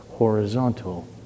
Horizontal